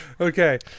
Okay